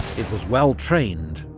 it was well-trained,